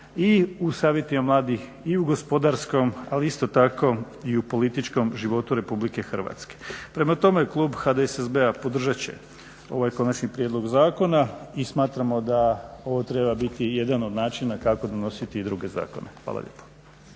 i u Savjetima mladih i u gospodarskom, ali isto tako i u političkom životu Republike Hrvatske. Prema tome, klub HDSSB-a podržat će ovaj Konačni prijedlog zakona i smatramo da ovo treba biti jedan od načina kako donositi i druge zakone. Hvala lijepo.